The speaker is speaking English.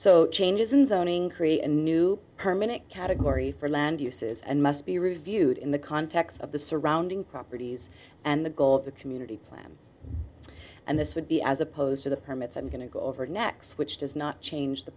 so changes in zoning create a new permanent category for land uses and must be reviewed in the context of the surrounding properties and the goal of the community plan and this would be as opposed to the permits i'm going to go over next which does not change the